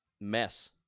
mess